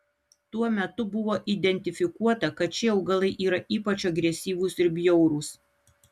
tuo metu buvo identifikuota kad šie augalai yra ypač agresyvūs ir bjaurūs